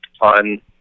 on